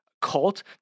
cult